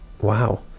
Wow